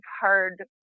hard